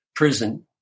prison